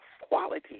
quality